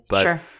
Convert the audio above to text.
Sure